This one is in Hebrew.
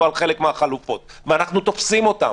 על חלק מהחלופות ואנחנו תופסים אותם.